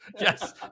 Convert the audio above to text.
Yes